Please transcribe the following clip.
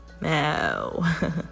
No